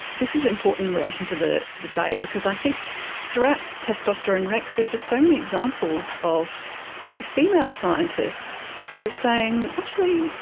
this is important in relation to the debate because i think throughout testosterone rex there are just so many examples of female scientists sort of saying, actually,